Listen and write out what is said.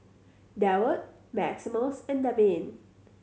Deward Maximus and Davin